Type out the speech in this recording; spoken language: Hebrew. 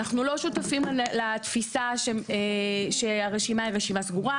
אנחנו לא שותפים לתפיסה שהרשימה היא רשימה סגורה.